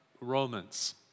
Romans